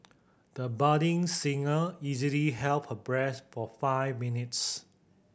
the budding singer easily held her breath for five minutes